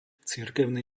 cirkevný